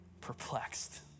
perplexed